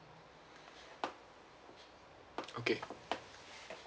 okay